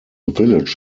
village